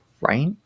right